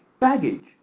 Baggage